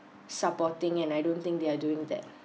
supporting and I don't think they're doing that